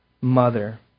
mother